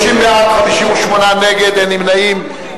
30 בעד, 58 נגד, אין נמנעים.